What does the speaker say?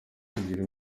bigira